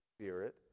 Spirit